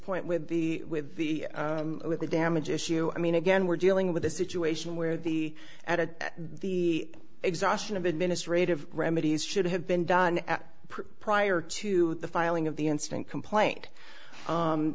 point with the with the damage issue i mean again we're dealing with a situation where the at the exhaustion of administrative remedies should have been done prior to the filing of the incident complaint